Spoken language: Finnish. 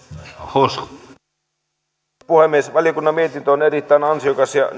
arvoisa herra puhemies valiokunnan mietintö on erittäin ansiokas ja